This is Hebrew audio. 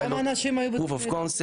כמה אנשים היו בתכנית?